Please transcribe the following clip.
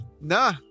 Nah